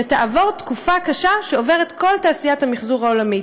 ותעבור תקופה קשה שעוברת כל תעשיית המחזור העולמית.